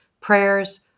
prayers